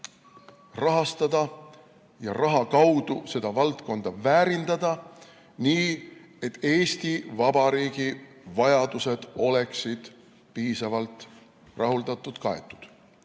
rahastada ja raha kaudu seda valdkonda väärindada nii, et Eesti Vabariigi vajadused oleksid piisavalt rahuldatud ja kaetud.